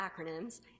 acronyms